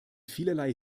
vielerlei